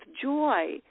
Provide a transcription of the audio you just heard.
joy